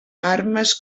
armes